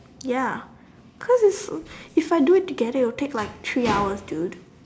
ya cause its so if I do it together it will take like three hours dude